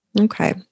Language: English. Okay